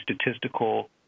statistical